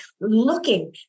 looking